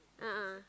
a'ah